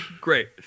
Great